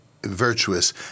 Virtuous